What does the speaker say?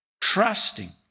trusting